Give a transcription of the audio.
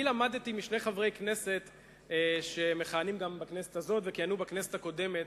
אני למדתי משני חברי כנסת שמכהנים גם בכנסת הזו וכיהנו בכנסת הקודמת,